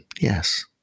yes